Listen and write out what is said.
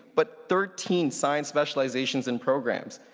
but thirteen science specializations and programs.